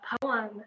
poem